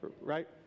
Right